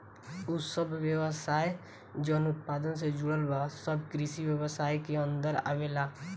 उ सब व्यवसाय जवन उत्पादन से जुड़ल बा सब कृषि व्यवसाय के अन्दर आवेलला